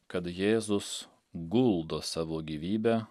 kad jėzus guldo savo gyvybę